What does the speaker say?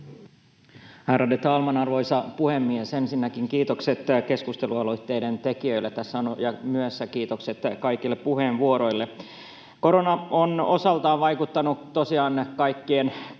Ärade talman, arvoisa puhemies! Ensinnäkin kiitokset keskustelualoitteen tekijöille, ja myös kiitokset kaikista puheenvuoroista. — Korona on osaltaan vaikuttanut tosiaan kaikenikäisten